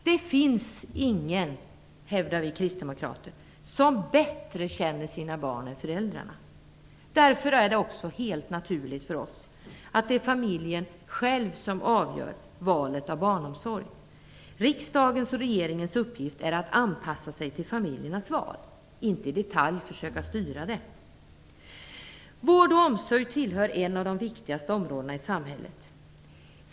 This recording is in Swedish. Det finns ingen, hävdar vi kristdemokrater, som bättre känner sina barn än föräldrarna. Därför är det också helt naturligt för oss att det är familjen själv som avgör valet av barnomsorg. Riksdagens och regeringens uppgift är att anpassa sig till familjernas val, inte att i detalj försöka styra det. Vård och omsorg tillhör de viktigaste områdena i samhället.